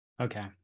okay